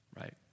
right